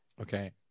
Okay